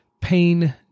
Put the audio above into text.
pain